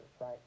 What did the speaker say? right